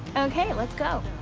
okay, let's go.